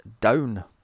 down